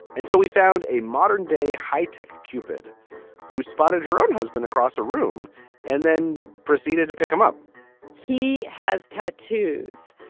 and so we found a modern day high tech cupid who spotted her own husband across a room and then proceeded to pick him up he has tattoos.